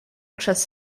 przez